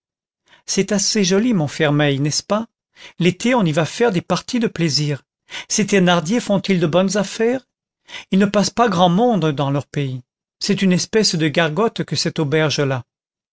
c'est assez joli montfermeil nest ce pas l'été on va y faire des parties de plaisir ces thénardier font-ils de bonnes affaires il ne passe pas grand monde dans leur pays c'est une espèce de gargote que cette auberge là